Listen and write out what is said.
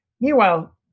Meanwhile –